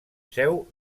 seu